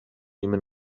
human